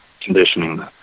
conditioning